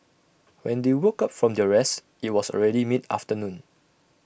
when they woke up from their rest IT was already mid afternoon